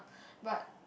but